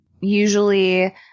Usually